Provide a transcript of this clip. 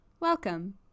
Welcome